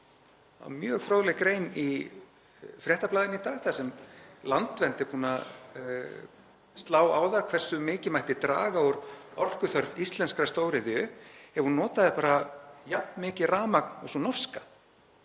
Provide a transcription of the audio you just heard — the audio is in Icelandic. Það var mjög fróðleg grein í Fréttablaðinu í dag þar sem Landvernd er búin að slá á það hversu mikið mætti draga úr orkuþörf íslenskrar stóriðju ef hún notaði bara jafn mikið rafmagn og sú norska.